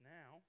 now